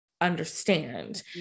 understand